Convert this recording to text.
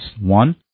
One